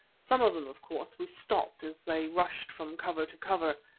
some of them, of course, we stopped as they rushed from cover to cover,